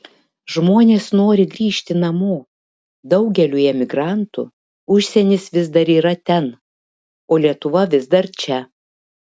žmonės nori grįžti namo daugeliui emigrantų užsienis vis dar yra ten o lietuva vis dar čia